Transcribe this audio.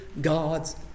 God's